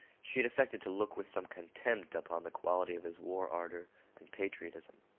she had affected to look with some contempt upon the quality of his war ardor and patriotism.